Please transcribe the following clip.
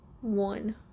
one